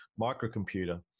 microcomputer